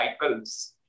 cycles